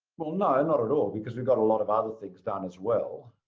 well, no, not at all. because we got a lot of other things done, as well.